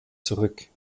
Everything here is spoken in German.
zurück